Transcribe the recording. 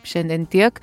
šiandien tiek